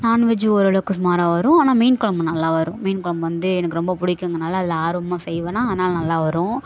non veg ஓரளவுக்கு சுமாராக வரும் ஆனால் மீன் கொழம்பு நல்லா வரும் மீன் கொழம்பு வந்து எனக்கு ரொம்ப பிடிக்குங்கிறனால அதில் ஆர்வமாக செய்வேனால் அதனால் நல்லா வரும்